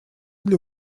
для